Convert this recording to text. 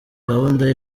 gahunda